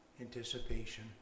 Anticipation